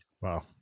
Wow